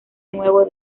nuevo